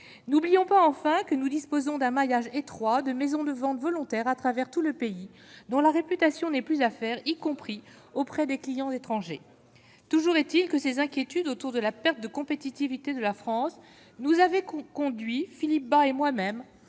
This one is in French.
n'oublions pas enfin que nous disposons d'un maillage étroit de maisons de ventes volontaires à travers tout le pays, dont la réputation n'est plus à faire, y compris auprès des clients étrangers, toujours est-il que ces inquiétudes autour de la perte de compétitivité de la France, nous avez conduit Philippe Bas et moi-même